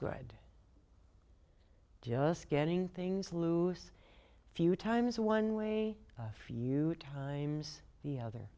good just getting things loose a few times one way a few times the other